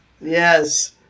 Yes